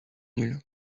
nul